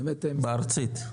בארצית?